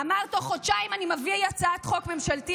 אמר: תוך חודשיים אני מביא הצעת חוק ממשלתית.